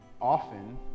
often